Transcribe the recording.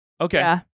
Okay